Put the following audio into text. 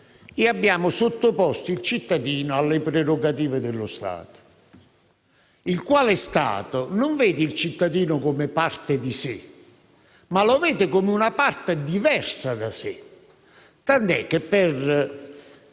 e abbiamo sottoposto il cittadino alle prerogative dello Stato, il quale lo vede non come parte di sé, ma come una parte diversa da sé. Tant'è che, per